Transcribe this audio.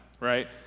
right